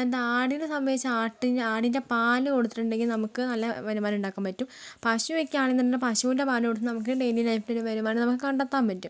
എന്താ ആടിനെ സംബന്ധിച്ച് ആടിൻ്റെ പാൽ കൊടുത്തിട്ടുണ്ടെങ്കിൽ നമുക്ക് നല്ല വരുമാനം ഉണ്ടാക്കാൻ പറ്റും പശുവൊക്കെയാണെന്നുണ്ടെങ്കിൽ പശുവിൻ്റെ പാൽ കൊടുത്തിട്ടും ഡെയ്ലി ലൈഫിൽ വരുമാനം നമുക്ക് കണ്ടെത്താൻ പറ്റും